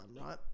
right